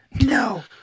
No